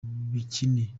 natumiwemo